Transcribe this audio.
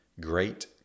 great